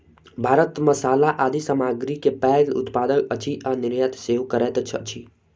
भारत मसाला आदि सामग्री के पैघ उत्पादक अछि आ निर्यात सेहो करैत अछि